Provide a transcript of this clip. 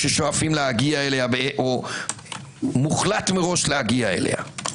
או מוחלט מראש להגיע אליה.